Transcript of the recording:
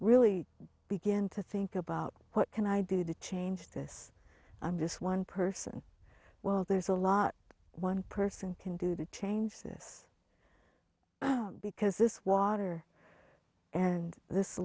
really begin to think about what can i do to change this i'm just one person well there's a lot one person can do to change this because this water and this